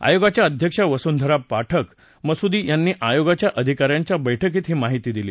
आयोगाच्या अध्यक्ष वसुंधरा पाठक मसुदी यांनी आयोगाच्या अधिका यांच्या बैठकीत ही माहिती दिली